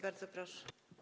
Bardzo proszę.